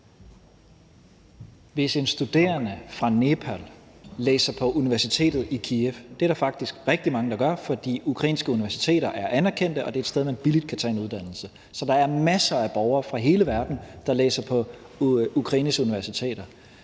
Hvis en studerende fra Nepal læser på universitetet i Kyiv – og det er der faktisk rigtig mange, der gør, for de ukrainske universiteter er anerkendte, og det er et sted, man billigt kan tage en uddannelse, så der er masser af borgere fra hele verden, der læser på Ukraines universiteter